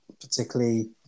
particularly